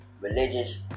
religious